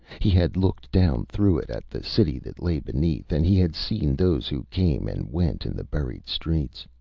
he had looked down through it at the city that lay beneath, and he had seen those who came and went in the buried streets.